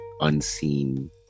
unseen